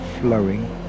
flowing